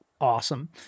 awesome